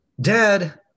Dad